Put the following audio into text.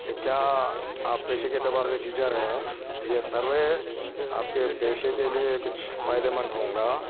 کہ کیا آپ پیشے کے اعتبار سے ٹیچر ہیں تو یہ سروے آپ کے پیشے کے لیے کچھ فائدے مند ہوں گا